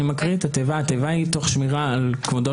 אני מקריא את התיבה: "תוך שמירה על כבודו